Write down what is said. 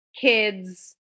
kids